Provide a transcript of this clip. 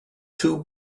two